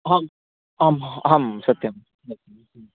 अहम् अहम् अहं सत्यं